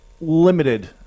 limited